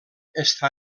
està